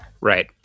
right